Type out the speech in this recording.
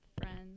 friends